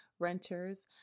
renters